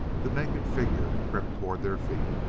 the naked figure crept toward their feet,